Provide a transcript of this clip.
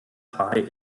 pie